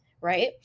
right